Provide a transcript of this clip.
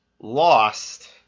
lost